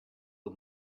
the